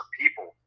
people